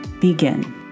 Begin